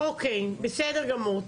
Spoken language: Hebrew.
בסדר גמור.